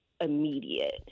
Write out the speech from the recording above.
immediate